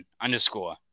underscore